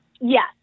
Yes